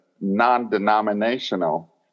non-denominational